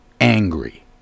angry